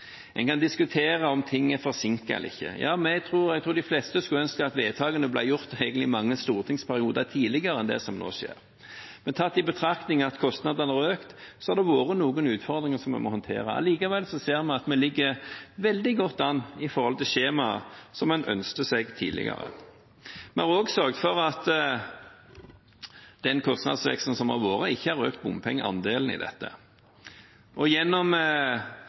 En kan diskutere om ting er forsinket eller ikke. Ja, jeg tror de fleste skulle ønske at vedtakene ble gjort mange stortingsperioder tidligere enn det som nå skjer, men tatt i betraktning at kostnadene har økt, har det vært noen utfordringer som vi har måttet håndtere. Likevel ser vi at vi ligger veldig godt an i forhold til skjemaet som man ønsket seg tidligere. Vi har også sørget for at den kostnadsveksten som har vært, ikke har økt bompengeandelen i dette. Gjennom